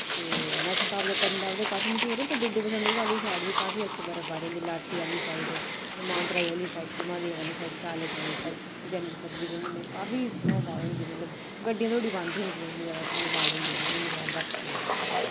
ते नत्थाटाप ते पत्नीटाप ते काफी मश्हूर न पर डुडु बसंतगढ़ आह्ली साइड वि काफी अच्छी बर्फबारी होंदी लाट्टी आह्ली साइड मानतलाई आह्ली साइड सुद्धमहादेव आह्ली साइड स्याले टाइम उप्पर जनबरी फरबरी दे म्हीने काफी स्नोफाल होंदी मतलब गड्डियां धोड़ी बंद होई जंदियां इन्नी जैदा स्नोफाल होंदी उत्थै इन्नी ज्यादा बर्फ पोंदी